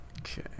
okay